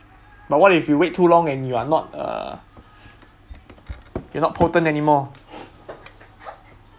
but what if you wait too long and you are not uh cannot portent anymore